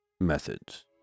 methods